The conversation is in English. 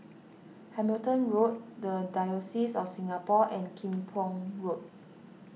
Hamilton Road the Diocese of Singapore and Kim Pong Road